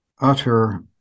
utter